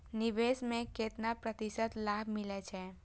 निवेश में केतना प्रतिशत लाभ मिले छै?